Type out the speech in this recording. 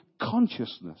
consciousness